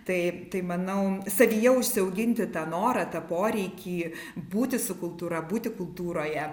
tai tai manau savyje užsiauginti tą norą tą poreikį būti su kultūra būti kultūroje